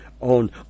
on